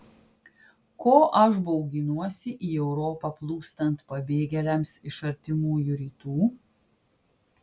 ko aš bauginuosi į europą plūstant pabėgėliams iš artimųjų rytų